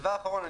דבר אחרון,